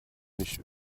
nicht